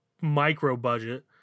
micro-budget